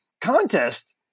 contest